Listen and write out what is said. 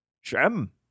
Shem